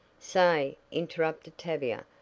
say, interrupted tavia,